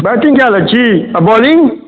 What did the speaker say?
batting कए लै छिही आ बौलिङ्ग